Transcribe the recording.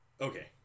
Okay